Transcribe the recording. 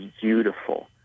beautiful